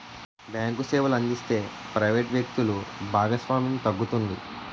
bank సేవలు అందిస్తే private వ్యక్తులు భాగస్వామ్యం తగ్గుతుంది